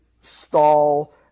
stall